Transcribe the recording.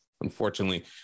unfortunately